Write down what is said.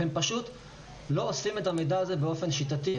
הם פשוט לא אוספים את המידע הזה באופן שיטתי,